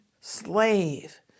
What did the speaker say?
slave